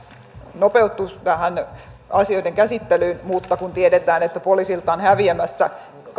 nopeutus tähän asioiden käsittelyyn mutta kun tiedetään että poliisilta on häviämässä